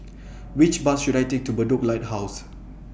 Which Bus should I Take to Bedok Lighthouse